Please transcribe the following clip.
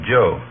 Joe